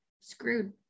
screwed